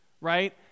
right